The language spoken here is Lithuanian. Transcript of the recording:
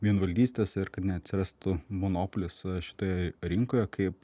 vienvaldystės ir kad neatsirastų monopolis šitoje rinkoje kaip